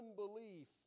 unbelief